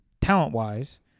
talent-wise